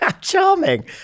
Charming